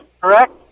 correct